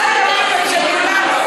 גם לכבד את הדיון.